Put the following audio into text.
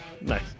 Nice